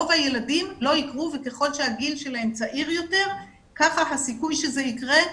רוב הילדים לא יספרו וככל שהגיל שלהם צעיר יותר ככה הסיכוי שזה יקרה,